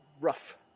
rough